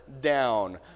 down